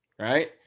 right